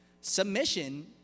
Submission